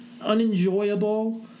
unenjoyable